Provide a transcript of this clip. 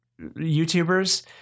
youtubers